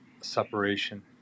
separation